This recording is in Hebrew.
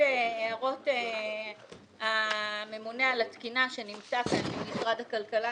הערות הממונה על התקינה במשרד הכלכלה,